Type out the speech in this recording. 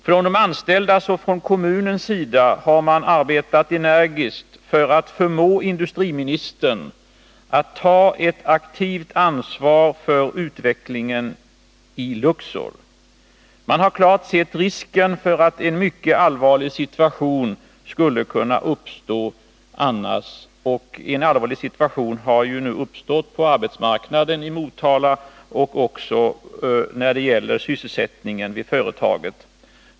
Från de anställdas och från kommunens sida har man arbetat energiskt för att förmå industriministern att ta ett aktivt ansvar för utvecklingen i Luxor. Man har klart sett risken för att en mycket allvarlig situation annars skulle kunna uppstå, och nu har en sådan uppstått på arbetsmarknaden i Motala och när det gäller sysselsättningen i företaget.